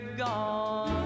gone